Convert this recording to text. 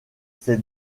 ces